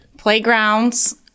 Playgrounds